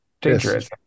Dangerous